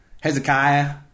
Hezekiah